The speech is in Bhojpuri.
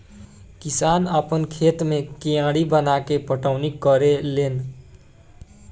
किसान आपना खेत मे कियारी बनाके पटौनी करेले लेन